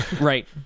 Right